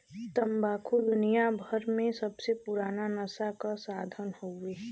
तम्बाकू दुनियाभर मे सबसे पुराना नसा क साधन हउवे